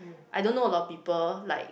I don't know a lot of people like